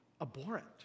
abhorrent